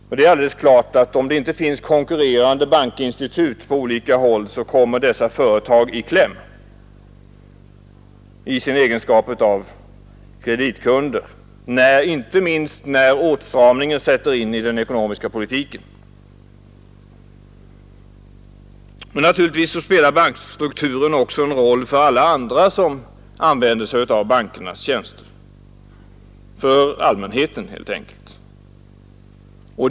Om det inte finns konkurrerande bankinstitut på olika håll, kommer dessa företag i kläm i sin egenskap av kreditkunder, inte minst när åtstramningen sätter in i den ekonomiska politiken. Naturligtvis spelar bankstrukturen också en roll även för alla andra som begagnar sig av bankernas tjänster.